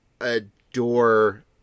adore